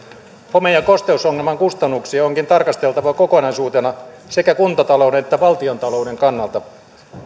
home ja kosteusongelmien kustannuksia onkin tarkasteltava kokonaisuutena sekä kuntatalouden että valtiontalouden kannalta